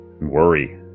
worry